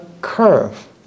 curve